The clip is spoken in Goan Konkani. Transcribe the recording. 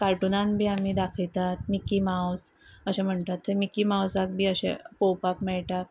कार्टून बी आमी दाखयतात मिकी मावस अशें म्हणटात थंय मिक्की मावसाक बी अशे पळोवपाक मेळटा